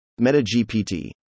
MetaGPT